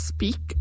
Speak